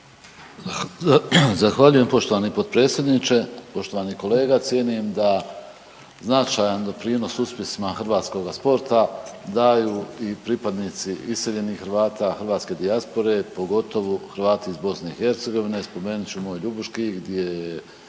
Zahvaljujem poštovani potpredsjedniče. Poštovani kolega. Cijenim da značajan doprinos uspjesima hrvatskoga sporta daju i pripadnici iseljenih Hrvata, hrvatske dijaspore, pogotovo Hrvati iz BiH. Spomenut ću moj Ljubuški gdje